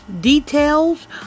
details